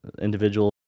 individual